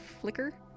flicker